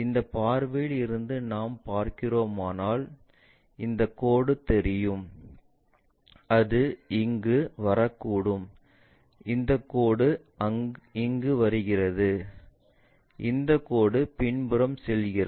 இந்த பார்வையில் இருந்து நாம் பார்க்கிறோமானால் இந்த கோடு தெரியும் அது இங்கு வரக்கூடும் இந்த கோடு இங்கு வருகிறது இந்த கோடு பின்புறம் செல்கிறது